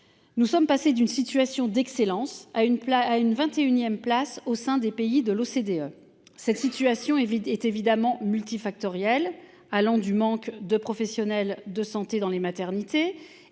Nous sommes passés d’une situation d’excellence à la vingt et unième place au sein des pays de l’OCDE. Cette situation est évidemment multifactorielle, allant du manque de personnel dans les maternités